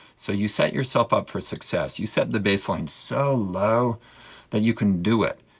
so you set yourself up for success, you set the baseline so low that you can do it.